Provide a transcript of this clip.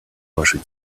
ваши